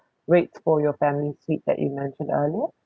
rates for your family suite that you mentioned earlier